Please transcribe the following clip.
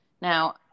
Now